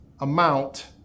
amount